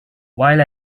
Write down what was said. while